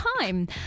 time